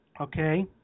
Okay